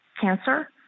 cancer